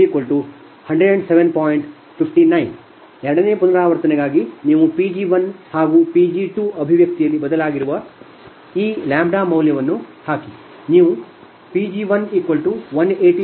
59 ಎರಡನೇ ಪುನರಾವರ್ತನೆಗಾಗಿ ನೀವು Pg1 ಮತ್ತು Pg2ಅಭಿವ್ಯಕ್ತಿಯಲ್ಲಿ ಬದಲಿಯಾಗಿರುವ ಈ λ ಮೌಲ್ಯವನ್ನು ಹಾಕಿ